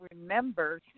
remember